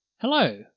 Hello